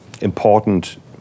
important